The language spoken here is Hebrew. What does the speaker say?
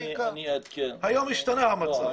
היום השתנה המצב.